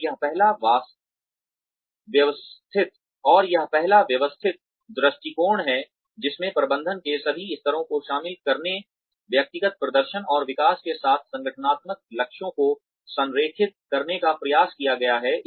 और यह पहला व्यवस्थित दृष्टिकोण है जिसमें प्रबंधन के सभी स्तरों को शामिल करने व्यक्तिगत प्रदर्शन और विकास के साथ संगठनात्मक लक्ष्यों को संरेखित करने का प्रयास किया गया है